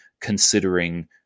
considering